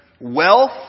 Wealth